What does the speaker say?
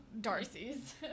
Darcy's